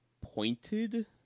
pointed